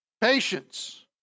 Patience